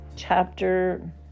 Chapter